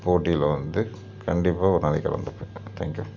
போட்டியில் வந்து கண்டிப்பாக ஒரு நாளைக்கு கலந்துப்பேன் தேங்க்யூ